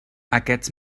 aquests